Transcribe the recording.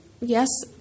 yes